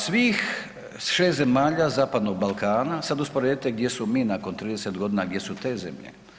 Svih 6 zemalja Zapadnog Balkana, sad usporedite gdje smo mi nakon 30 godina, a gdje su te zemlje.